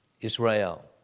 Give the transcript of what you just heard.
Israel